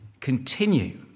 Continue